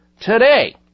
today